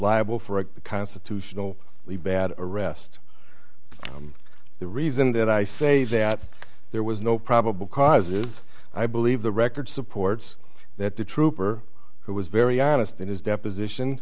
liable for a constitutional leave bad arrest the reason that i say that there was no probable cause is i believe the record supports that the trooper who was very honest in his deposition